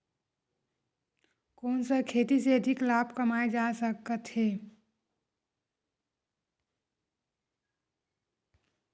कोन सा खेती से अधिक लाभ कमाय जा सकत हे?